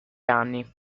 anni